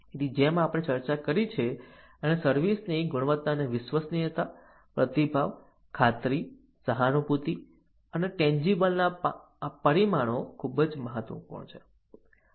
તેથી જેમ આપણે ચર્ચા કરી છે અને સર્વિસ ની ગુણવત્તાની વિશ્વસનીયતા પ્રતિભાવ ખાતરી સહાનુભૂતિ અને ટેન્જીબલ ના આ પરિમાણો ખૂબ જ મહત્વપૂર્ણ છે